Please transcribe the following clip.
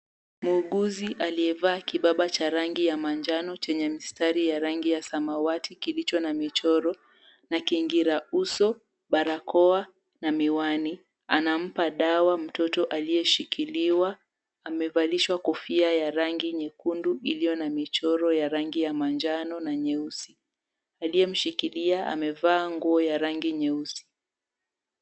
Muuguzi aliyevaa kibaba cha rangi ya manjano chenye mistari ya rangi ya samawati kilicho na michoro na kingira uso, barakoa na miwani, anampa dawa mtoto aliyeshikiliwa, amevalishwa kofia ya rangi nyekundu iliyo na michoro ya rangi ya manjano na nyeusi. Aliyemshikilia amevaa nguo ya rangi nyeusi.